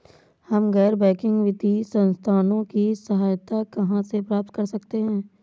हम गैर बैंकिंग वित्तीय संस्थानों की सहायता कहाँ से प्राप्त कर सकते हैं?